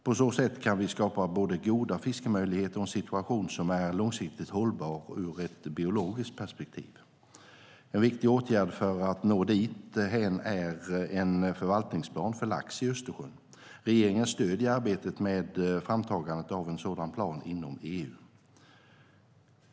På så sätt kan vi skapa både goda fiskemöjligheter och en situation som är långsiktigt hållbar ur ett biologiskt perspektiv. En viktig åtgärd för att nå dithän är en förvaltningsplan för lax i Östersjön. Regeringen stöder arbetet med framtagandet av en sådan plan inom EU.